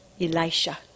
Elisha